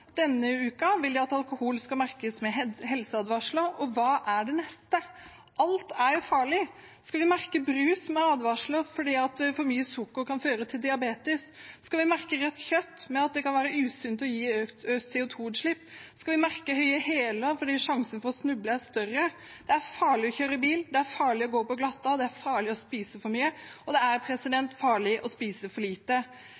denne uka vil de at alkohol skal merkes med helseadvarsler. Hva blir det neste? Alt er farlig. Skal vi merke brus med advarsler fordi for mye sukker kan føre til diabetes, skal vi merke rødt kjøtt med at det kan være usunt og gi økt CO 2 -utslipp, skal vi merke høye hæler fordi sjansen for å snuble er større? Det er farlig å kjøre bil, det er farlig å gå på glatta, det er farlig å spise for mye, og det er